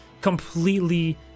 completely